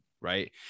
right